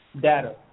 data